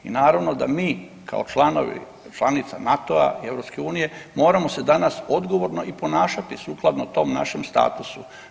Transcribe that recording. I naravno da mi kao članovi, članica NATO-a i EU moramo se danas odgovorno i ponašati sukladno tom našem statusu.